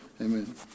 Amen